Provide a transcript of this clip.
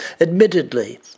Admittedly